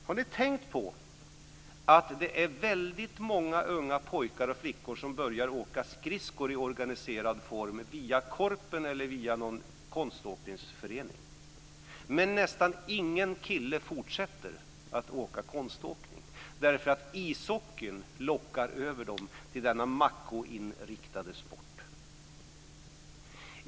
Har ni tänkt på att det är väldigt många unga pojkar och flickor som börjar åka skridskor i organiserad form via korpen eller via någon konståkningsförening men att nästan ingen kille fortsätter att åka konståkning därför att ishockeyn lockar över dem till denna machoinriktade sport?